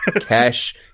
Cash